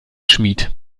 schmied